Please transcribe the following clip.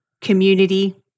community